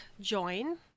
join